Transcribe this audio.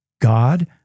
God